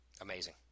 Amazing